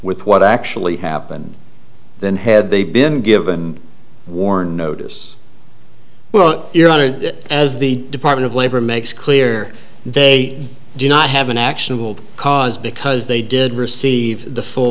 with what actually happened than had they been given wore notice well your honor as the department of labor makes clear they do not have an actionable cause because they did receive the full